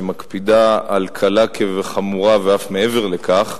שמקפידה על קלה כחמורה ואף מעבר לכך,